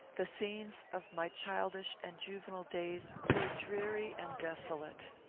the scenes of my childish and juvenile days were dreary and desolate.